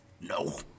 No